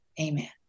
Amen